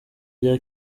bya